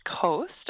coast